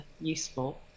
useful